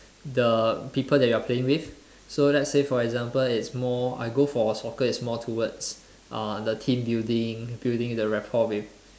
the people that you are playing with so let's say for example it's more I go for soccer is more towards uh the team building building the rapport with